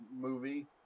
movie